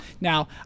Now